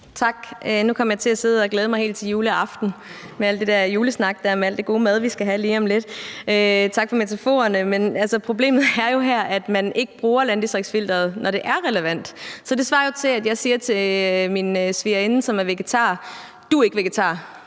sidde og glæde mig til juleaften med al den der julesnak om al den gode mad, vi skal have lige om lidt. Tak for metaforerne. Men altså, problemet her er jo, at man ikke bruger landdistriktsfilteret, når det er relevant, så det svarer jo til, at jeg siger til min svigerinde, som er vegetar: Du er ikke vegetar.